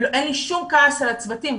אין לי שום כעס על הצוותים,